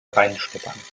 reinschnuppern